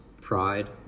pride